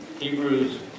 Hebrews